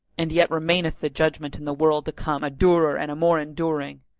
and yet remaineth the judgment in the world to come, a durer and a more enduring